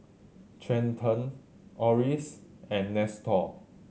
Trenten Orris and Nestor